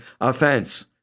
offense